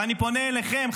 ואני פונה אליכם,